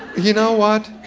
you know what?